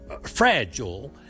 fragile